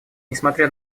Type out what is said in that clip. несмотря